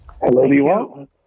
Hello